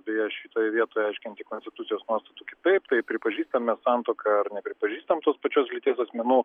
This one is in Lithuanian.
deja šitoj vietoj aiškinti konstitucijos nuostatų kitaip tai pripažįstame santuoką ar nepripažįstam tos pačios lyties asmenų